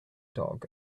dog